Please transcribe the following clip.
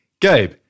Gabe